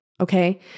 Okay